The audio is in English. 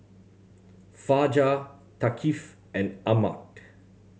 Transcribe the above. Fajar Thaqif and Ahmad